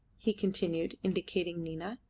he continued, indicating nina.